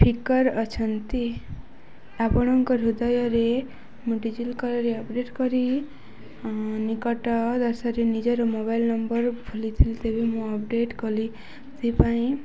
ଫିକର୍ ଅଛନ୍ତି ଆପଣଙ୍କ ହୃଦୟରେ ମୁଁ ରେ ଅପଡ଼େଟ୍ କରି ନିକଟ ରେ ନିଜର ମୋବାଇଲ୍ ନମ୍ବର ଭୁଲିଥିଲି ତେବେ ମୁଁ ଅପଡ଼େଟ୍ କଲି ସେଥିପାଇଁ